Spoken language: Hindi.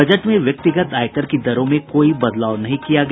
बजट में व्यक्तिगत आयकर की दरों में कोई बदलाव नहीं किया गया